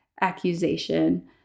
accusation